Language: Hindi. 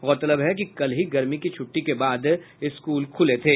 गौरतलब है कि कल ही गर्मी की छुट्टी के बाद स्कूल खुले थे